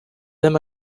them